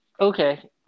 Okay